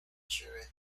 chaired